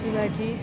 फ्लावराची भाजी